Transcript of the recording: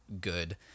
good